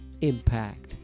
impact